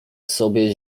sobie